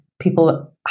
people